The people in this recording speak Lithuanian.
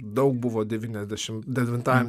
daug buvo devyniasdešimt devintajam